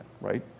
right